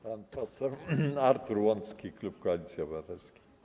Pan poseł Artur Łącki, klub Koalicja Obywatelska.